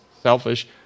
selfish